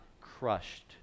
crushed